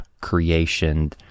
creation